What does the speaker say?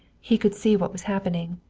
he could see what was happening.